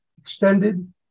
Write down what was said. extended